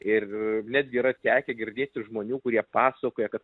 ir netgi yra tekę girdėti žmonių kurie pasakoja kad